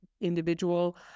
individual